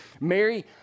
Mary